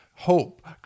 Hope